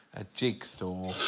a jigsaw